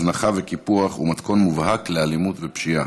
הזנחה וקיפוח הם מתכון מובהק לאלימות ופשיעה,